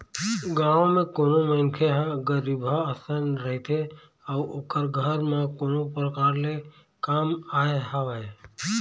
गाँव म कोनो मनखे ह गरीबहा असन रहिथे अउ ओखर घर म कोनो परकार ले काम आय हवय